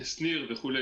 שניר וכו'.